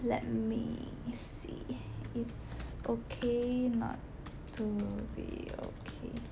let me see It's Okay Not to Be Okay